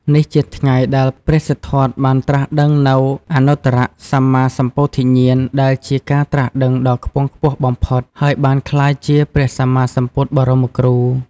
នេះជាថ្ងៃដែល ព្រះសិទ្ធត្ថបានត្រាស់ដឹងនូវអនុត្តរសម្មាសម្ពោធិញ្ញាណ ដែលជា ការត្រាស់ដឹងដ៏ខ្ពង់ខ្ពស់បំផុត ហើយបានក្លាយជា ព្រះសម្មាសម្ពុទ្ធបរមគ្រូ។